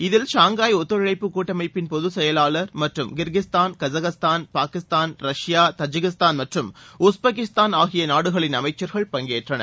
இதில் ஷங்காய் ஒத்தழைப்பு கூட்டமைப்பின் பொதுச் செயலாளர் மற்றும் Kyrgyzstan Kazakhstan Pakistan Russia Tajikistan மற்றும் உஸ்பெகிஸ்தான் ஆகியநாடுகளின் அமைச்சர்கள் பங்கேற்றனர்